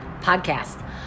podcast